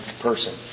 person